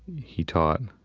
he taught,